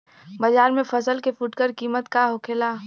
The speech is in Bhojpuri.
बाजार में फसल के फुटकर कीमत का होखेला?